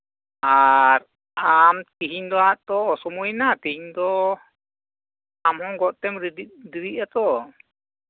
ᱟᱨ ᱟᱢ ᱛᱮᱦᱤᱧ ᱫᱚᱦᱟᱸᱜ ᱛᱚ ᱚᱥᱚᱢᱚᱭ ᱮᱱᱟ ᱛᱮᱦᱤᱧ ᱫᱚ ᱟᱢᱦᱚᱸ ᱜᱚᱫ ᱛᱮᱢ ᱫᱮᱨᱤᱜ ᱟᱛᱚ